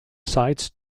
sites